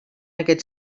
aquest